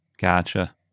Gotcha